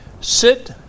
sit